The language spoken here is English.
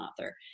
author